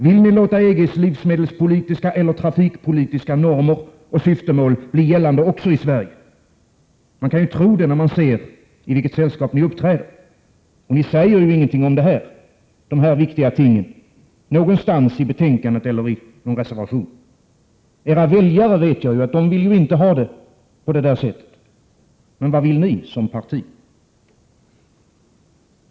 Vill ni låta EG:s livsmedelspolitiska eller trafikpolitiska normer och syftemål bli gällande också i Sverige. Man kan ju tro det, när man ser i vilket sällskap ni uppträder. Ni säger ju ingenting om dessa viktiga ting i betänkandet eller i någon reservation. Jag vet att era väljare inte vill ha det på det sättet, men vad vill ni som parti?